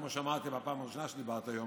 כמו שאמרתי בפעם הראשונה שדיברתי היום,